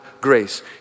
grace